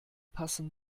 passen